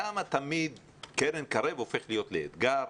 למה תמיד קרן קרב הופך להיות לאתגר?